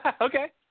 Okay